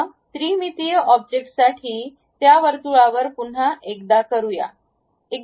या त्रिमितीय ऑब्जेक्टसाठी त्या वर्तुळावर पुन्हा एकदा करूया